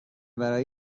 برای